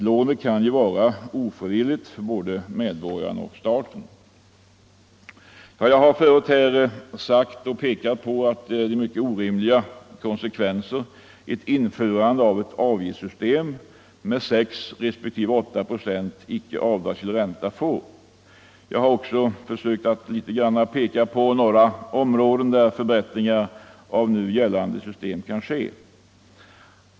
Lånet kan ju vara ofrivilligt för både medborgaren och staten. Jag har tidigare i mitt anförande pekat på de orimliga konsekvenser som ett införande av ett avgiftssystem med 6 respektive 8 procents icke avdragsgill ränta får. Jag har också försökt att peka på några områden där förbättringar av nu gällande system kan ske.